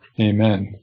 amen